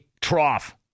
trough